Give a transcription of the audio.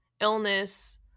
illness